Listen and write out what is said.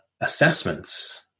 Assessments